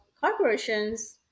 corporations